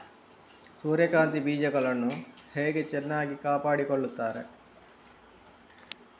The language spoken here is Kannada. ಸೂರ್ಯಕಾಂತಿ ಬೀಜಗಳನ್ನು ಹೇಗೆ ಚೆನ್ನಾಗಿ ಕಾಪಾಡಿಕೊಳ್ತಾರೆ?